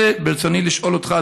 ברצוני לשאול אותך,